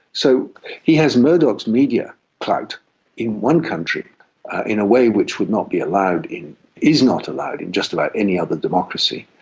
so he has murdoch's media clout in one country in a way which would not be allowed, is not allowed in just about any other democracy,